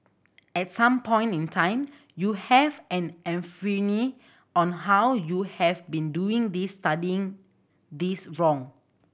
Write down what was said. at some point in time you have an on how you have been doing this studying this wrong